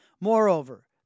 Moreover